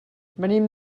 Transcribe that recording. venim